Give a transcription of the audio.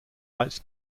lights